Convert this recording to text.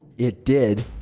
it did.